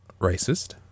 racist